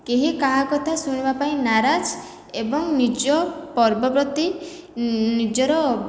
କେହି କାହା କଥା ଶୁଣିବା ପାଇଁ ନାରାଜ ଏବଂ ନିଜ ପର୍ବ ପ୍ରତି ନିଜର